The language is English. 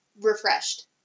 refreshed